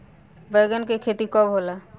बैंगन के खेती कब होला?